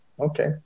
okay